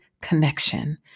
connection